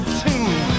tune